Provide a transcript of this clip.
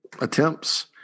attempts